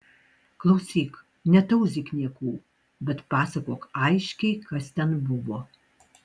klausyk netauzyk niekų bet pasakok aiškiai kas ten buvo